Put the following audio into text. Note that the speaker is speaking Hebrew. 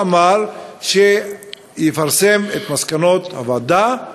הוא אמר שיפרסם את מסקנות הוועדה,